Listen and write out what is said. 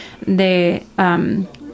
de